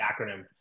acronym